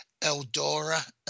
Eldora